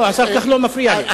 לא, השר כחלון מפריע לי.